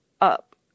up